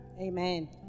Amen